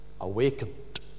awakened